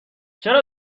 چرا